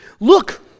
Look